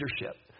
leadership